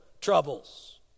troubles